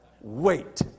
wait